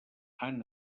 han